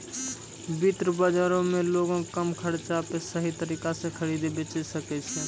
वित्त बजारो मे लोगें कम खर्चा पे सही तरिका से खरीदे बेचै सकै छै